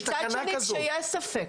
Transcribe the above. מצד שני, כשיש ספק,